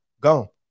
Go